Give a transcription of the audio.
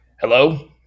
Hello